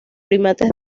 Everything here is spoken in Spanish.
primates